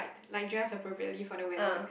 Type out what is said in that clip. like dress appropriately for the weather